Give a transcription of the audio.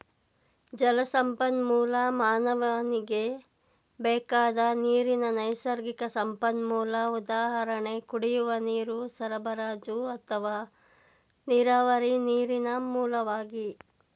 ಜಲಸಂಪನ್ಮೂಲ ಮಾನವನಿಗೆ ಬೇಕಾದ ನೀರಿನ ನೈಸರ್ಗಿಕ ಸಂಪನ್ಮೂಲ ಉದಾಹರಣೆ ಕುಡಿಯುವ ನೀರು ಸರಬರಾಜು ಅಥವಾ ನೀರಾವರಿ ನೀರಿನ ಮೂಲವಾಗಿ